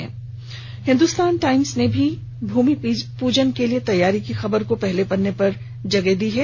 वहीं हिन्दुस्तान टाइम्स ने अयोध्या भूमि पूजन के लिए तैयार की खबर को पहले पन्ने पर जगह दी है